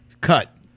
cut